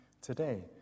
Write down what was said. today